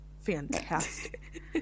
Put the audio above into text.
fantastic